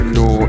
no